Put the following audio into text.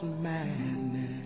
madness